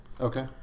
Okay